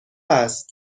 است